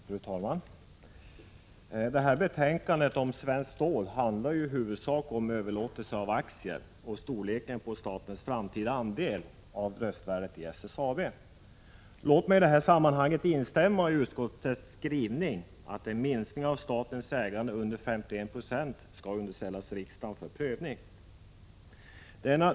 Fru talman! Detta betänkande om Svenskt Stål handlar ju i huvudsak om överlåtelser av aktier och storleken på statens framtida andel av röstvärdet i SSAB. Låt mig i detta sammanhang instämma i utskottets skrivning att en minskning av statens ägande under 51 90 skall underställas riksdagen för prövning.